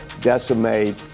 decimate